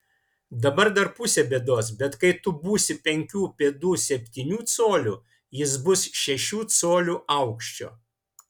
dabar dar pusė bėdos bet kai tu būsi penkių pėdų septynių colių jis bus šešių colių aukščio